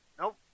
Nope